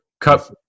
cut